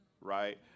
right